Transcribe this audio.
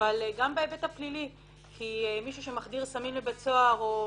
גם בהיבט הפלילי; כי מי שמחדיר סמים לבית סוהר או